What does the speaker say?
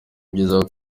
byiza